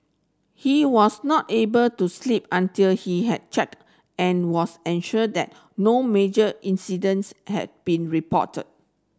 he was not able to sleep until he had checked and was assured that no major incidents had been reported